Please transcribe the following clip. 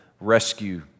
rescue